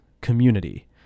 community